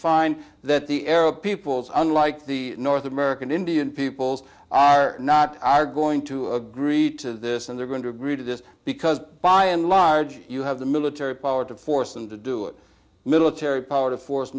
find that the arab peoples unlike the north american indian peoples are not are going to agree to this and they're going to agree to this because by and large you have the military power to force them to do it military power to force